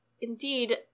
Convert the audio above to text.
indeed